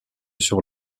sur